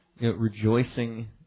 rejoicing